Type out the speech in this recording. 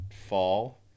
fall